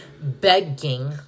begging